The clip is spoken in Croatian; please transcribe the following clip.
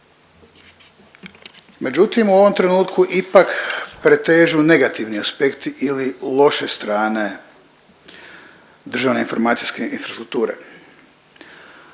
Međutim, u ovom trenutku ipak pretežu negativni aspekti ili loše strane državne informacijske infrastrukture.